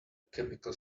chemical